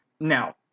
Now